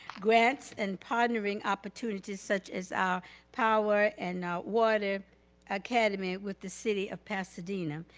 grants and partnering opportunities such as power and water academy with the city of pasadena,